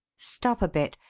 stop a bit!